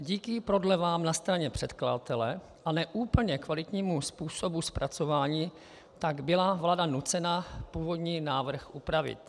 Díky prodlevám na straně předkladatele a ne úplně kvalitnímu způsobu zpracování tak byla vláda nucena původní návrh upravit.